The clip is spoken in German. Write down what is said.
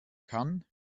kann